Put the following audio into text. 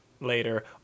later